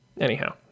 anyhow